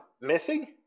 Missing